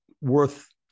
worth